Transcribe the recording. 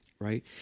Right